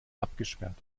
abgesperrt